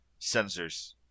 Sensors